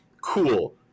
cool